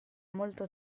molto